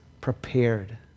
prepared